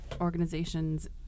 organizations